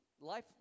life